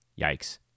Yikes